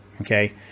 Okay